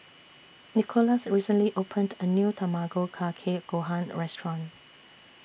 Nicolas recently opened A New Tamago Kake Gohan Restaurant